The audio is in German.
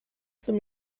zum